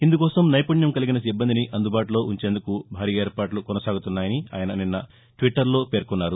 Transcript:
ఇందుకోసం నైపుణ్యం కలిగిన సిబ్బందిని అందుబాటులో ఉంచేందుకు భారీ ఏర్పాట్ల కొనసాగుతున్నాయని ఆయన నిన్న ట్విట్లర్లో పేర్కొన్నారు